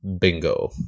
bingo